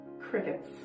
Crickets